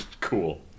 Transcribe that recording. Cool